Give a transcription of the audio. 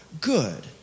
good